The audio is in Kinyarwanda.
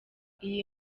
iyi